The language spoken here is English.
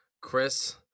Chris